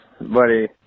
buddy